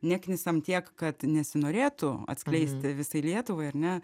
neknisam tiek kad nesinorėtų atskleisti visai lietuvai ar ne